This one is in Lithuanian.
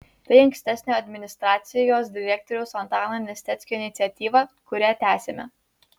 tai ankstesnio administracijos direktoriaus antano nesteckio iniciatyva kurią tęsiame